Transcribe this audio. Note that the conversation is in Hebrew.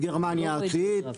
גרמניה תשיעית,